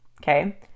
okay